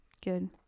Good